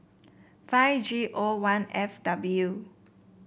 five G O one F W